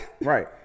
right